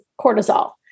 cortisol